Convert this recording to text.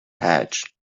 hedge